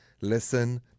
listen